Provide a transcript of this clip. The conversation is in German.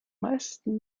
meisten